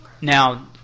Now